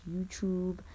YouTube